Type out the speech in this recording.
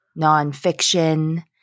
nonfiction